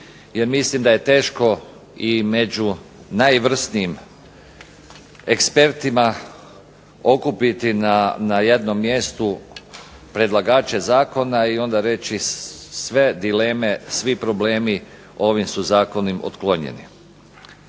jer mislim da je teško i među najvrsnijim ekspertima okupiti na jednom mjestu predlagače zakona i onda reći, sve dileme, svi problemi ovim su zakonom otklonjeni.